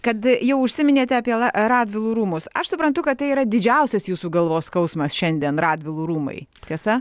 kad jau užsiminėt apie radvilų rūmus aš suprantu kad tai yra didžiausias jūsų galvos skausmas šiandien radvilų rūmai tiesa